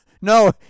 No